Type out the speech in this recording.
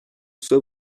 soit